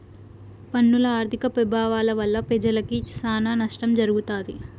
పన్నుల ఆర్థిక పెభావాల వల్ల పెజలకి సానా నష్టం జరగతాది